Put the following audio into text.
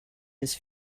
his